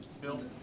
Bill